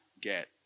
get